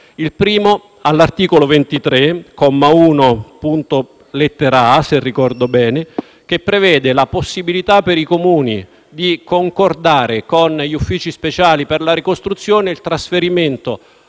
23, comma 1, lettera *a)*, che prevede la possibilità per i Comuni di concordare con gli uffici speciali per la ricostruzione il trasferimento